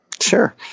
Sure